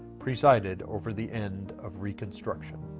presided over the end of reconstruction.